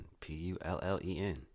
P-U-L-L-E-N